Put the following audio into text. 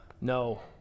No